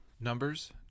Numbers